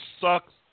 sucks